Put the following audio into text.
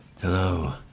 Hello